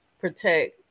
protect